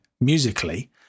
musically